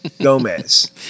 Gomez